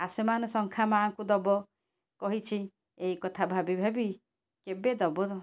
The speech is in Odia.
ଆସମାନ୍ ଶଙ୍ଖା ମାଆଙ୍କୁ ଦେବ କହିଛି ଏଇ କଥା ଭାବି ଭାବି କେବେ ଦେବ